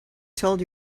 told